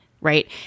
right